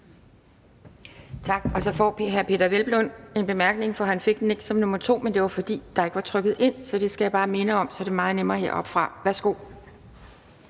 Tak. Og så får hr. Peder Hvelplund en bemærkning, fordi han ikke fik den som nr. 2, men det var, fordi der ikke var trykket ind. Så det skal jeg bare minde om, for så er det meget nemmere heroppefra. Værsgo.